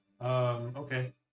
Okay